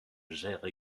gère